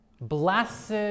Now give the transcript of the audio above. Blessed